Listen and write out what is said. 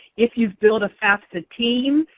if you build a fafsa team,